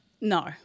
No